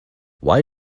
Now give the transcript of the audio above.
why